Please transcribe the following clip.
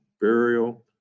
burial